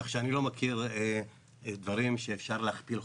כך שאני לא מכיר שאפשר להכפיל חוב,